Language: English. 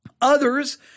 Others